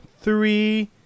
three